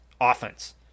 offense